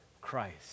Christ